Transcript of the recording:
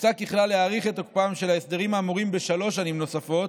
הוצע ככלל להאריך את תוקפם של ההסדרים האמורים בשלוש שנים נוספות,